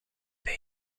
pay